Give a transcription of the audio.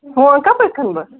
phone کَپٲرۍ کٕنہٕ بہٕ